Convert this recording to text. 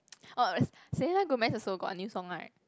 orh Selena Gomez also got a new song right